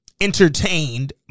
entertained